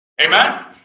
Amen